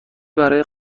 برای